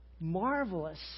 marvelous